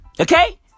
Okay